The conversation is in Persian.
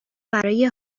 برای